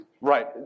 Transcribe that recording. Right